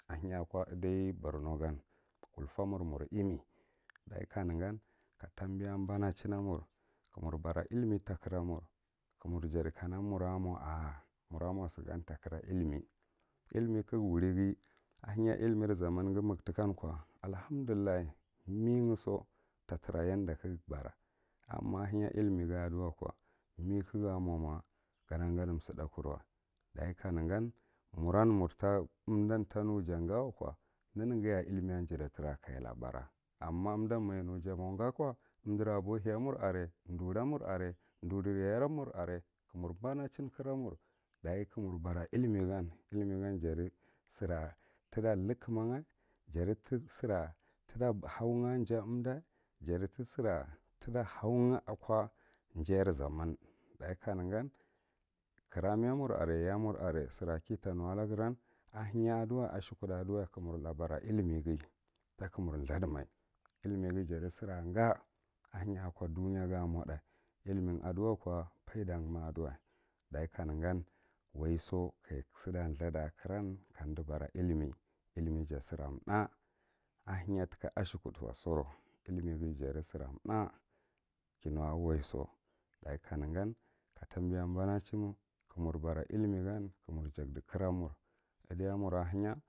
Ahenya ako idai brono gan kulfe mur mur ime dachi kanegan ka tambia bana shin amur ka mur bara illimi ta kura mur ka mur jadi kana mmur mo a’ a’ mur mo sigan ta kira illimi, illimi kagu wurighi ihenya illimi zamangh ma ga tikan ko allahamdullah me ga so ta tra yadda ka ga bara ama ahenya illimghi adaciwa ko me ga so gada gadi sidakurwa itachi kanegan miran murta umdan tane kana jan gawa ko neneghiyaye umdan illimiyan jata tra kaja la bara, amma umdan majenu ja mo gakow, umda boheya mur are jiuri mur are, duri yaya mur are ka mur abachin kra mur dachi ka mur bara illimi gan, illimi gan jati. Sira tita ludkagha, jati sira tit ahau ajaumda, jati sira tita hauga a jayri zaman dachi kaegan kiramiya mur are, yaya mur are sir akita nuwalaghiran ahenya a duwa ashekud duwa ka mur labari illimeghi ta ka mur thurdimai illimighi jati siraga alienya ko duyaghi amoda illimi a du wako faidan ma aduwa dachi kanegan waijo kaja sida thurda a kiran kamdi bara illimi, illimi ja sira bthurh ahenye tika ashekud wasora illimighi jati sira thur kinu waiso dachi kanegan katambiya banachin ka mur bara illimigan ka mur jakdi kra mr.